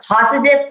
positive